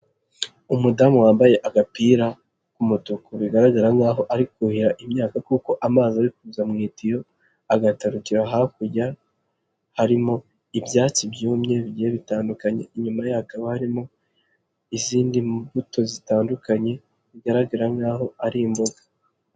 Umudamu wambaye agapira k'umutuku bigaragara nkaho ari kuhira imyaka kuko amazi ari kuza mutiyo agatarutira hakurya, harimo ibyatsi byumye bye bitandukanye, inyuma yakaba harimo izindi mbuto zitandukanye bigaragara nk'aho ari imboga.